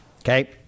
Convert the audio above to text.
okay